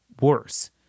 worse